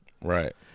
Right